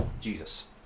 Jesus